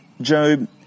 Job